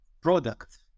product